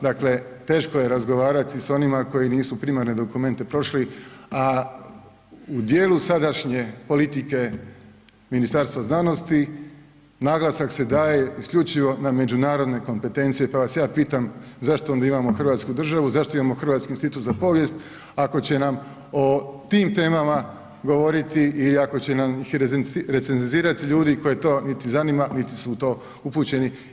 Dakle, teško je razgovarati s onima koji nisu primarne dokumente prošli, a u dijelu sadašnje politike Ministarstva znanosti naglasak se daje isključivo na međunarodne kompetencije pa vas ja pitam zašto onda imamo Hrvatsku državu, zašto imamo Hrvatski institut za povijest, ako će nam o tim temama govoriti ili ako će nam ih recenzirati ljudi koje to niti zanima, niti su u to upućeni.